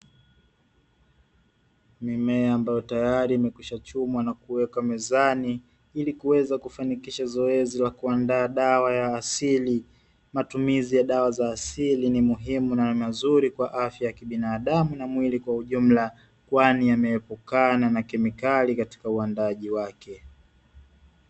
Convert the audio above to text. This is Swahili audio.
Mimea ambayo tayari imekisha chumwa na kuwekwa mezani ili kuweza kufanikisha zoezi la kuandaa dawa ya asili, matumizi ya dawa za asili ni muhimu na mazuri kwa afya ya kibinadamu na mwili kwa ujumla, kwani inaepukana na kemmikali katika uandaaji wake.